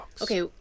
Okay